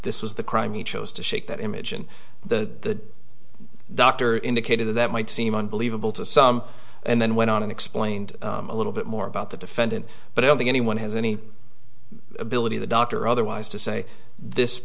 this was the crime he chose to shake that image and the doctor indicated that might seem unbelievable to some and then went on and explained a little bit more about the defendant but i don't think anyone has any ability the doctor or otherwise to say this